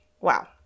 Wow